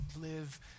live